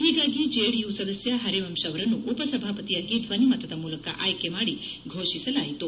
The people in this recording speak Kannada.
ಹೀಗಾಗಿ ಜೆಡಿಯು ಸದಸ್ತ ಪರಿವಂತ್ ಅವರನ್ನು ಉಪಸಭಾಪತಿಯಾಗಿ ಧ್ವನಿಮತದ ಮೂಲಕ ಆಯ್ಕೆ ಮಾಡಿ ಘೋಷಿಸಲಾಯಿತು